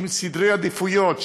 עם סדרי עדיפויות,